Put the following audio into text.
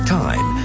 time